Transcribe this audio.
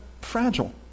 fragile